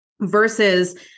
versus